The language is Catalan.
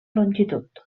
longitud